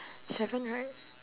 seven right